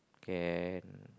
can